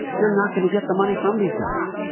you're not going to get the money from these guys.